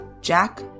Jack